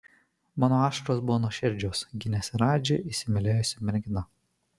mano ašaros buvo nuoširdžios gynėsi radži įsimylėjusi mergina